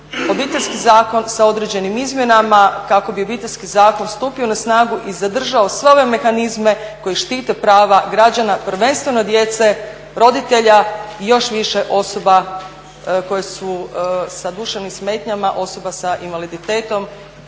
Obiteljski zakon sa određenim izmjenama kako bi Obiteljski zakon stupio na snagu i zadržao sve ove mehanizme koji štite prava građana prvenstveno djece, roditelja i još više osoba koje su sa duševnim smetnjama, osoba s invaliditetom